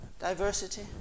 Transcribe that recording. diversity